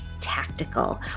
tactical